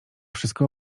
wszystko